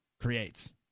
creates